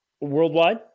Worldwide